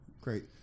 Great